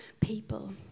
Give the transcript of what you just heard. people